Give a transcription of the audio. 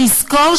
נזכור,